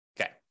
Okay